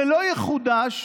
ולא יחודש,